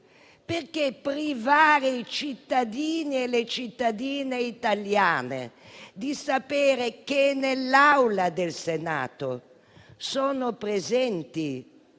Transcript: Perché privare i cittadini e le cittadine italiani della possibilità di sapere che nell'Aula del Senato sono presenti